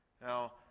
Now